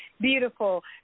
Beautiful